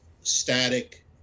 static